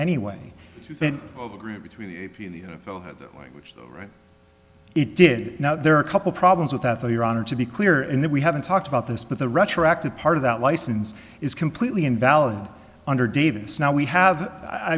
anyway between the n f l the language right it did now there are a couple problems with that though your honor to be clear in that we haven't talked about this but the retroactive part of that license is completely invalid under davis now we have i